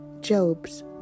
Job's